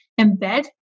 embed